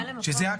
לא צריך אישור.